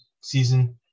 Season